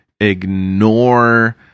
ignore